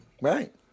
Right